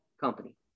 company